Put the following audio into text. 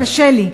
קשה לי.